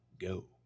Go